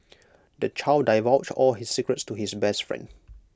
the child divulged all his secrets to his best friend